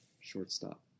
shortstop